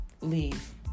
Leave